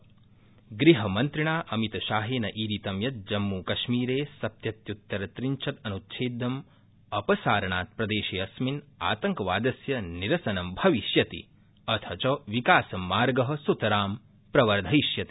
अमितशाह गृहमन्त्रिणा अमितशाहेन ईरितं यत् जम्मू कश्मीर सप्तत्युतरत्रिशदन्च्छेदम् अपसारणात् प्रदेशेऽस्मिन् आतंकवादस्य निरसनं भविष्यति अथ च विकासमार्ग सुतरा प्रवर्धयिष्यति